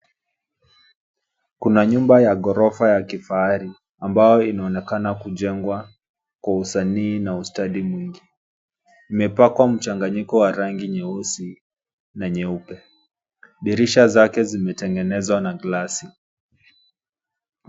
Kuna nyumba ya gorofa ya kifahari ambayo inaonekana kujengwa kwa usanii na ustadi mwingi. Imepakwa mchanganyiko wa rangi nyeusi na nyeupe dirisha zake zimetengenezwa na glasi.